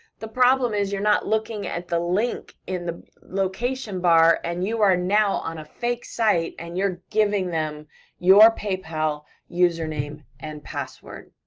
the problem is, you're not looking at the link in the location bar, and you are now on a fake site, and you're giving them your paypal username and password.